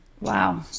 Wow